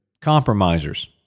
Compromisers